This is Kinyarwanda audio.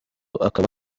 akaba